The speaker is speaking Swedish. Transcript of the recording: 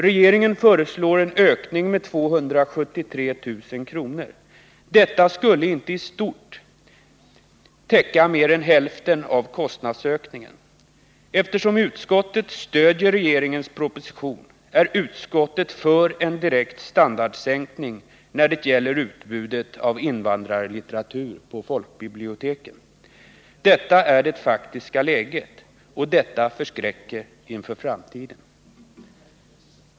Regeringen föreslår en ökning med 273 000 kr. Detta skulle inte täcka mer än istort sett hälften av kostnadsökningen. Eftersom utskottet stöder regeringens proposition, är utskottet för en direkt standardsänkning när det gäller utbudet av invandrarlitteratur på folkbiblioteken. Detta är det faktiska läget — och det förskräcker inför framtiden.